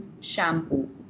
shampoo